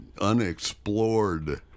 unexplored